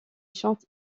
chante